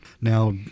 Now